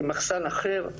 במחסן אחר,